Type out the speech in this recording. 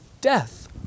death